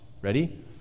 Ready